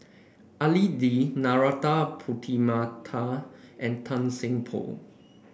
Al Dim Narana Putumaippittan and Tan Seng Poh